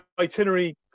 itinerary